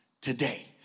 today